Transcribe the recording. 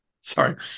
Sorry